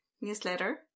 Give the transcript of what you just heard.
newsletter